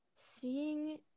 Seeing